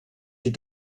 die